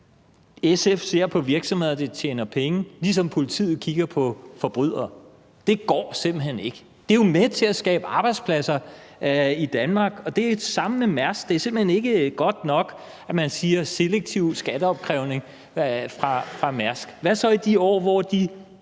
SF ser på virksomheder, der tjener penge, som politiet kigger på forbrydere. Det går simpelt hen ikke. Det er jo med til at skabe arbejdspladser i Danmark. Det er det samme med Mærsk. Det er simpelt hen ikke godt nok, at man siger, at der skal være en selektiv skatteopkrævning for Mærsk, for hvad så med de år, hvor de